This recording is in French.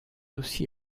aussi